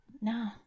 no